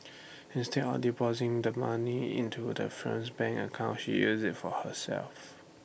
instead of depositing the money into the firm's bank account she used IT for herself